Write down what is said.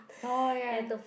oh ya